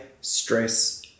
stress